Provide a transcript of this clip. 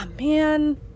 Man